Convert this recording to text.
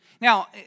Now